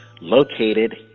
located